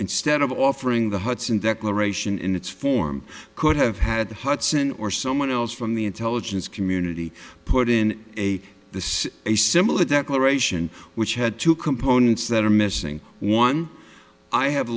instead of offering the hudson declaration in its form could have had the hudson or someone else from the intelligence community put in a the say a similar declaration which had two components that are missing one i have